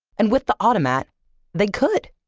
and with the automat they could,